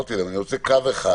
אמרתי להם שאני רוצה קו אחד,